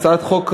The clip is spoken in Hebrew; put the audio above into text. תוסיף אותי.